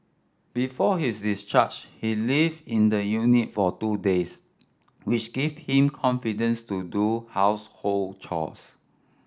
before his discharge he lived in the unit for two days which gave him confidence to do household chores